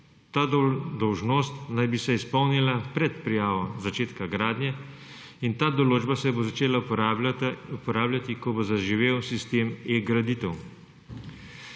Ta dolžnost naj bi se izpolnila pred prijavo začetka gradnje in ta določba se bo začela uporabljati, ko bo zaživel sistem e-graditev.